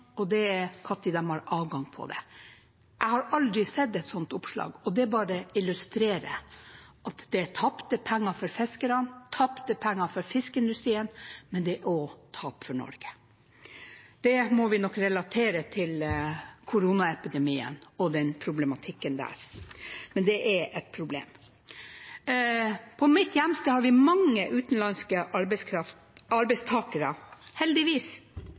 og det er når de har adgang til det. Jeg har aldri sett et sånt oppslag. Det bare illustrerer at det er tapte penger for fiskerne, tapte penger for fiskeindustrien, men det er også tap for Norge. Det må vi nok relatere til koronaepidemien og den problematikken der, men det er et problem. På mitt hjemsted har vi mange utenlandske arbeidstakere – heldigvis.